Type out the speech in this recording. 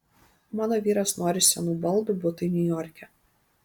mano vyras nori senų baldų butui niujorke